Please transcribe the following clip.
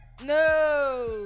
No